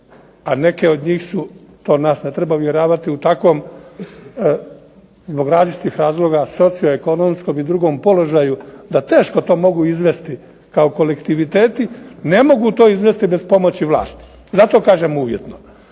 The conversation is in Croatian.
a neke od njih su, to nas ne treba uvjeravati u takvom, zbog različitih razloga socio-ekonomskog i drugom položaju da teško to mogu izvesti kao kolektiviteti, ne mogu to izvesti bez pomoći vlasti. Zato kažem uvjetno.